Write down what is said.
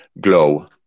glow